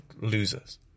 losers